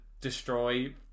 destroy